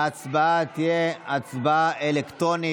ההצבעה תהיה אלקטרונית.